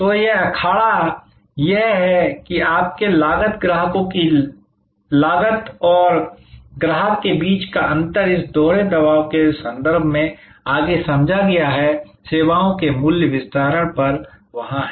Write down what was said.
तो यह अखाड़ा यह है कि आपके लागत ग्राहकों की लागत और ग्राहक के बीच का अंतर इस दोहरे दबाव के संदर्भ में आगे समझा गया है सेवाओं के मूल्य निर्धारण पर वहाँ है